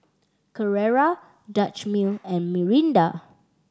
Carrera Dutch Mill and Mirinda